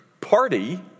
party